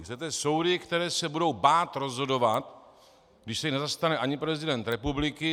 Chcete soudy, které se budou bát rozhodovat, když se jich nezastane ani prezident republiky?